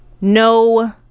No